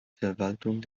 verwaltung